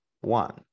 one